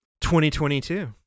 2022